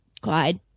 Clyde